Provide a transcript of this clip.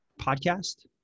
podcast